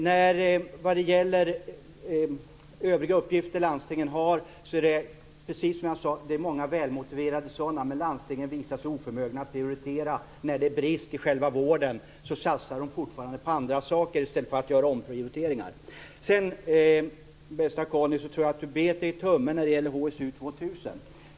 När det gäller övriga uppgifter som landstingen har finns det många välmotiverade sådana, precis som jag sade. Men landstingen visar sig oförmögna att prioritera. När det är brister i själva vården satsar de fortfarande på andra saker i stället för att göra omprioriteringar. Jag tror att Conny Öhman bet sig i tummen när det gäller HSU 2000.